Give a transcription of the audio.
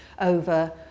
over